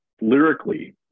lyrically